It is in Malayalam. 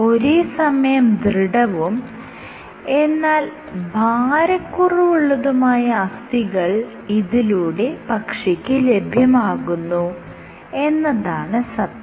ഒരേ സമയം ദൃഢവും എന്നാൽ ഭാരക്കുറവുള്ളതുമായ അസ്ഥികൾ ഇതിലൂടെ പക്ഷിക്ക് ലഭ്യമാകുന്നു എന്നതാണ് സത്യം